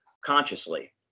consciously